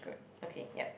okay yup